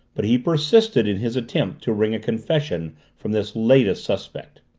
but he persisted in his attempt to wring a confession from this latest suspect.